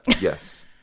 yes